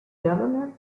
governor